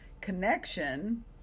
connection